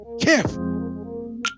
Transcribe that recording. careful